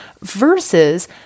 versus